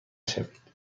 شوید